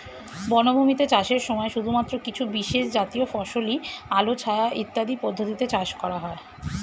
বনভূমিতে চাষের সময় শুধুমাত্র কিছু বিশেষজাতীয় ফসলই আলো ছায়া ইত্যাদি পদ্ধতিতে চাষ করা হয়